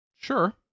Sure